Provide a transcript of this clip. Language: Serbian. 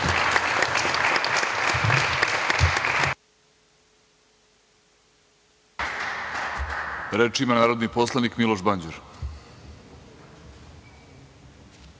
ima narodni poslanik Miloš Banđur.